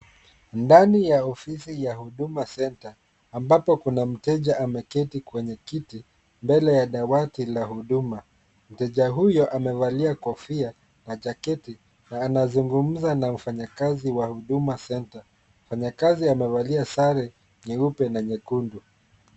Ndani ya ofisi ya Huduma Center, ambapo kuna mteja ameketi kwenye kiti, mbele ya dawati la huduma. Mteja huyo amevalia kofia na jaketi na anazungumza na mfanyakazi wa Huduma Center. Mfanyakazi amevalia sare nyeupe na nyekundu.